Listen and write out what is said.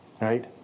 right